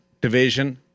division